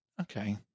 okay